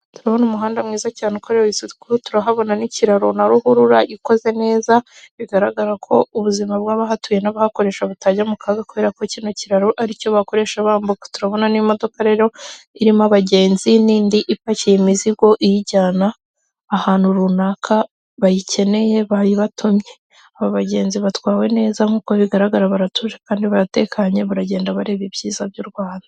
Turabona umuhanda mwiza cyane ukorewe isuku, turahabona n'kiraro na ruhurura ikoze neza bigaragara ko ubuzima bw'abahatuye n'abahakoresha butajya mu kaga kubera ko kino kiraro aricyo bakoresha bambuka. Turabona n'imodoka rero irimo abagenzi n'indi ipakiye imizigo iyijyana ahantu runaka bayikeneye bayibatumye. Aba bagenzi batwawe neza nk'uko bigaragara baratuje kandi baratekanye baragenda bareba ibyiza by'u Rwanda.